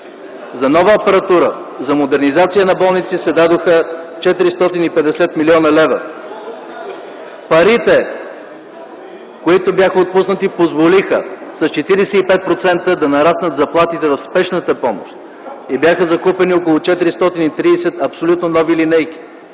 За нова апаратура, за модернизация на болници се дадоха 450 млн. лв. Парите, които бяха отпуснати, позволиха с 45% да нараснат заплатите в спешната помощ и бяха закупени около 430 абсолютно нови линейки.